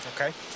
Okay